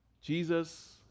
Jesus